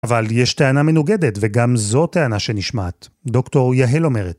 אבל יש טענה מנוגדת, וגם זו טענה שנשמעת. דוקטור יהל אומרת.